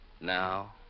Now